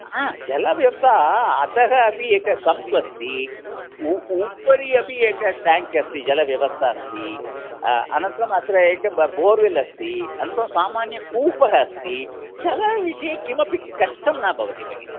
हा जलव्यवस्था अधः अपि एकं सम्प् अस्ति उ उपरि अपि एकं टेङ्क् अस्ति जलव्यवस्था अस्ति अनन्तरम् अत्र एक ब बोर्वेल् अस्ति अनन्तरं सामान्यकूपः अस्ति जलविषये किमपि कष्टं न भवति भगिनि